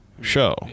show